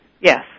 Yes